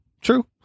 True